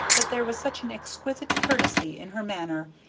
but there was such an exquisite courtesy in her manner,